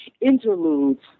interludes